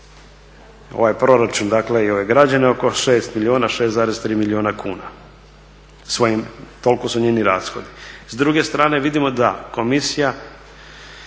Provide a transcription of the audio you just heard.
ovaj proračun i ove građane oko 6 milijuna, 6,3 milijuna kuna, toliko su njeni rashodi. S druge strane vidimo da komisija